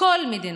כל מדינה.